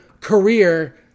career